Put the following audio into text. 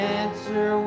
answer